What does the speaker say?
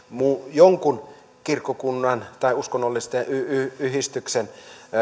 jonkin kirkkokunnan tai uskonnollisen yhdistyksen